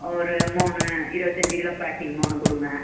ஒரு மூணு இருவத்தஞ்சு கிலோ பேக்கிங் மூணு கொடுங்க